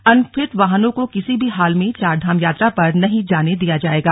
unfit वाहनों को किसी भी हाल में चारधाम यात्रा पर नहीं जाने दिया जाएगा